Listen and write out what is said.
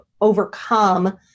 overcome